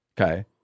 Okay